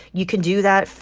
you can do that,